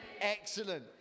Excellent